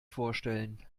vorstellen